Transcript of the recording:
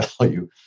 value